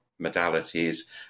modalities